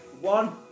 one